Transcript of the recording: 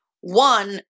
one